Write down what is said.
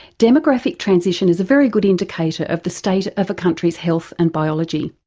demographic transition is a very good indicator of the state of a country's health and biology.